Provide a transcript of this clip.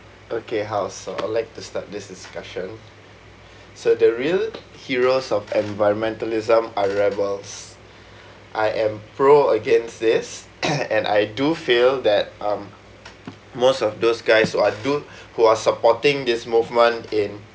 okay house I'll like to start this discussion so the real heroes of environmentalism are rebels I am pro against this and I do feel that um most of those guys so I do who are supporting this movement in